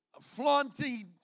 flaunting